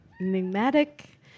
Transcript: enigmatic